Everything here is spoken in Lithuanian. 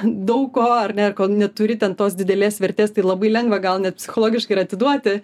daug ko ar ne ir kol neturi ten tos didelės vertės tai labai lengva gal net psichologiškai ir atiduoti